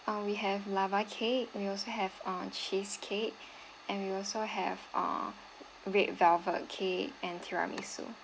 uh we have lava cake we also have uh cheesecake and we also have uh red velvet cake and tiramisu